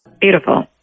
beautiful